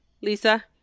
Lisa